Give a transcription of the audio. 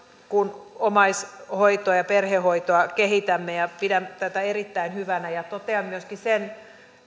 kun omaishoitoa ja perhehoitoa kehitämme ja pidän tätä erittäin hyvänä totean myöskin sen